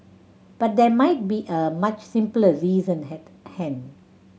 but there might be a much simpler reason had hand